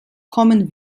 kommen